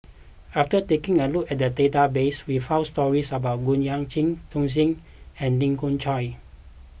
after taking a look at the database we found stories about Goh Yihan Chao Tzee Cheng and Lee Khoon Choy